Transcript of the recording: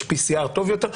יש PCR טוב יותר.